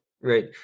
right